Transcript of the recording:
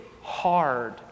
hard